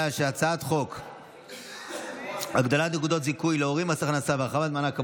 חוק הגדלת נקודות זיכוי להורים במס הכנסה והרחבת מענק עבודה,